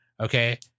Okay